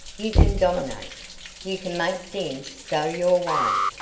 you can dominate you can make things go your way.